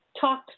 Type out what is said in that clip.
talk